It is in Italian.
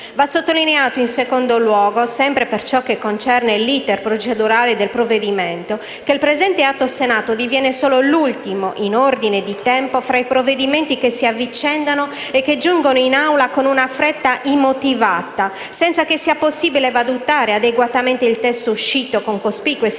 Va sottolineato, in secondo luogo, sempre per ciò che concerne l'*iter* procedurale del provvedimento, che il presente atto Senato diviene solo l'ultimo in ordine di tempo fra i provvedimenti che si avvicendano e che giungono in Aula con una fretta immotivata, senza che sia stato possibile valutare adeguatamente il testo uscito con cospicue e significative